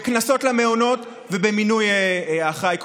בקנסות, למעונות ובמינוי אחראי קורונה.